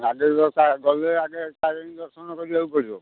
ଆଗେ ଗଲେ ଆଗେ ତାରିଣୀ ଦର୍ଶନ କରିବାକୁ ପଡ଼ିବ